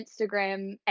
Instagram